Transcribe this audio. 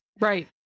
Right